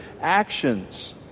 actions